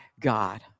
God